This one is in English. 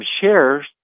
shares